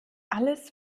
alles